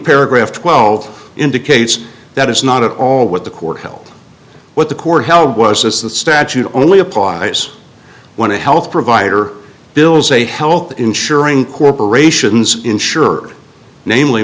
paragraph twelve indicates that it's not at all what the court held what the court held was as the statute only applies when a health provider bills a health insuring corporations insured namely